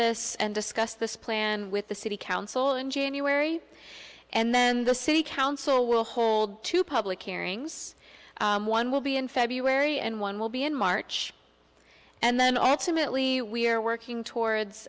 this and discuss this plan with the city council in january and then the city council will hold two public hearings one will be in february and one will be in march and then ultimately we're working towards